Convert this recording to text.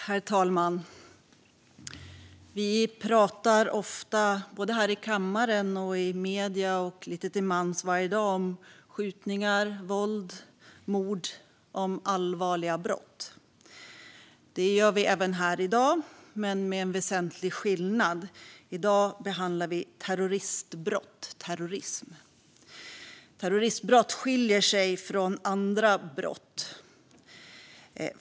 Herr talman! Vi pratar ofta både här i kammaren och i medierna och varje dag lite till mans om skjutningar, våld och mord - allvarliga brott. Det gör vi även här i dag, men med en väsentlig skillnad; i dag behandlar vi terroristbrott och terrorism. Terroristbrott skiljer sig från andra brott.